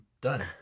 done